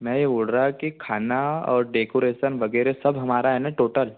मैं यह बोल रहा कि खाना और डेकोरेसन वगैरह सब हमारा है ना टोटल